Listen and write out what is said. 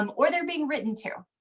um or they are being written to.